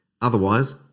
otherwise